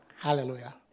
Hallelujah